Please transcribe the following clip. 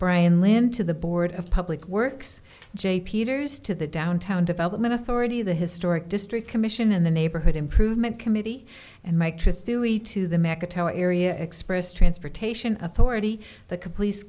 brian lamb to the board of public works j peters to the downtown development authority the historic district commission and the neighborhood improvement committee and my chris dewey to the area express transportation authority the complete police